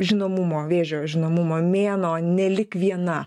žinomumo vėžio žinomumo mėnuo nelik viena